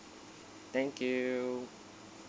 thank you